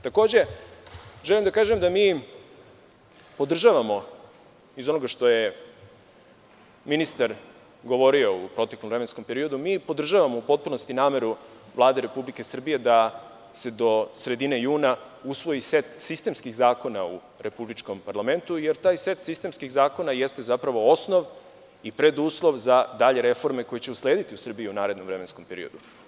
Takođe, želim da kažem da mi iz onoga što je ministar govorio u proteklom vremenskom periodu podržavamo u potpunosti nameru Vlade Republike Srbije da se do sredine juna usvoji set sistemskih zakona u republičkom parlamentu, jer taj set sistemskih zakona jeste zapravo osnov i preduslov za dalje reforme koje će uslediti u Srbiji u narednom vremenskom periodu.